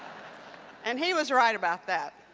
and he was right about that,